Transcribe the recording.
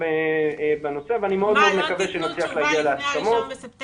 בנושא ואני מאוד מקווה שנצליח להגיע להסכמות